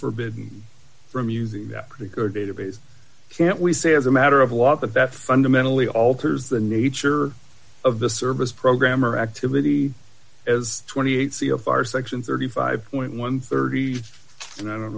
forbidden from using that particular database can't we say as a matter of law that that fundamentally alters the nature of the service program or activity as twenty eight c f r section thirty five point one three and i don't